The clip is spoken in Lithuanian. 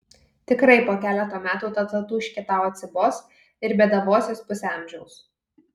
tikrai po keleto metų ta tatūškė tau atsibos ir bėdavosies pusę amžiaus